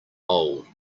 old